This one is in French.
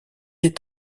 est